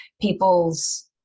people's